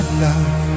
love